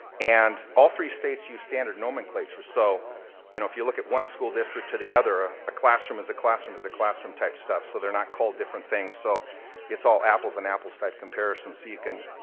and all three states use standard nomenclature. so you know if you look at one school district to the other, ah a classroom is a classroom is a classroom type stuff, so they're not called different things. so it's all apples and apples type comparison so you can,